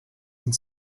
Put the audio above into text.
und